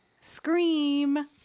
Scream